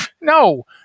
No